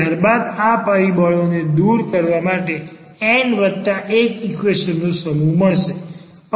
ત્યારબાદ આ પરિબળોને દૂર કરવા માટે n 1 ઈક્વેશન નો સમૂહ મળશે